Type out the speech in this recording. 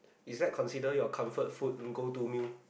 is that considered your comfort food go to meal